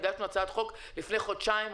לפני חודשיים,